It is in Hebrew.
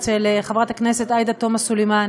אצל חברת הכנסת עאידה תומא סלימאן,